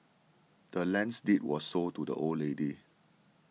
the land's deed was sold to the old lady